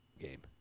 game